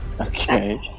Okay